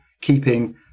keeping